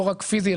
לא רק פיזי,